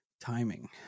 timing